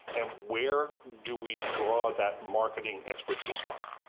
and where do we draw that marting expertise from?